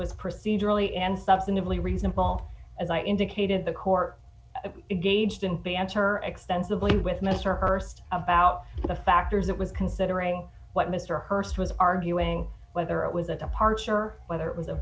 with procedurally and substantively reasonable as i indicated the court gauged and banter extensively with mr hurst about the factors that was considering what mr hurst was arguing whether it was a departure whether it was a